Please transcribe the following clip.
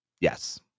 Yes